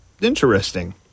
interesting